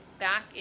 back